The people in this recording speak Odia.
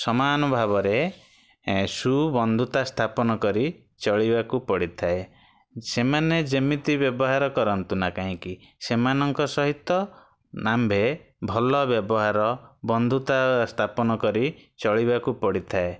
ସମାନ ଭାବରେ ଏ ସୁବନ୍ଧୁତା ସ୍ଥାପନ କରି ଚଳିବାକୁ ପଡ଼ିଥାଏ ସେମାନେ ଯେମିତି ବ୍ୟବହାର କରନ୍ତୁନା କାହିଁକି ସେମାନଙ୍କ ସହିତ ଆମ୍ଭେ ଭଲ ବ୍ୟବହାର ବନ୍ଧୁତା ସ୍ଥାପନ କରି ଚଳିବାକୁ ପଡ଼ିଥାଏ